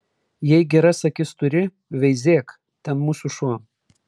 jei geras akis turi veizėk ten mūsų šuo